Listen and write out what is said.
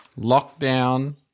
Lockdown